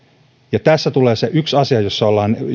ja tässä tulee yksi asia